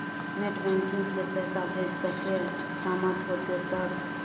Net banking से पैसा भेज सके सामत होते सर?